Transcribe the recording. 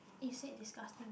is it disgusting